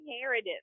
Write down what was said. narrative